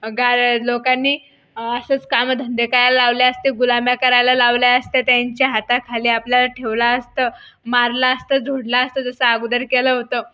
गा लोकांनी असंच कामं धंदे करायला लावले असते गुलाम्या करायला लावल्या असत्या त्यांच्या हाताखाली आपल्याला ठेवलं असतं मारलं असतं झोडलं असतं जसं अगोदर केलं होतं